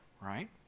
right